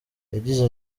yagize